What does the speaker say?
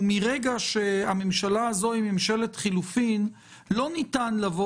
מרגע שהממשלה הזאת היא ממשלת חילופים לא ניתן לומר